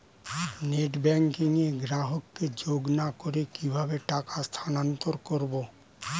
Net banking এ গ্রাহককে যোগ না করে কিভাবে টাকা স্থানান্তর করব?